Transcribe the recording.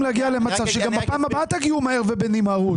להגיע למצב שגם בפעם הבאה תגיעו מהר ובנמהרות?